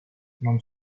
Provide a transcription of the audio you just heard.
non